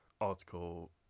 article